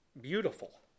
beautiful